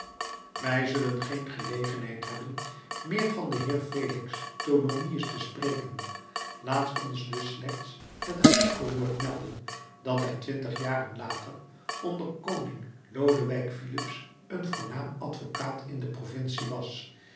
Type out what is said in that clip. wij zullen geen gelegenheid hebben meer van den heer felix tholomyès te spreken laat ons dus slechts met een enkel woord melden dat hij twintig jaren later onder koning lodewijk filips een voornaam advocaat in de provincie was